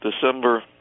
December